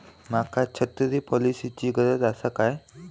माका छत्री पॉलिसिची गरज आसा काय?